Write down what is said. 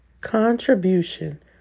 contribution